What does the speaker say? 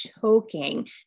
choking